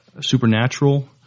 Supernatural